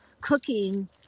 cooking